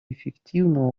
эффективного